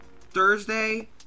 Thursday